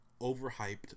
overhyped